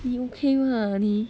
你 okay mah 你